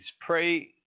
pray